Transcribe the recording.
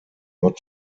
not